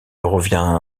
revient